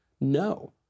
No